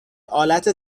آلت